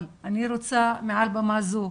אבל אני רוצה מעל במה זו,